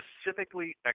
specifically